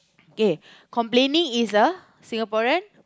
okay complaining is a Singaporean